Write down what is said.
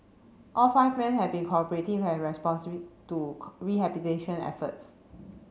all five men had been cooperative and to rehabilitation efforts